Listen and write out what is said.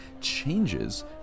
changes